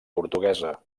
portuguesa